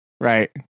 Right